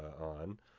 on